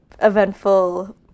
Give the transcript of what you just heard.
eventful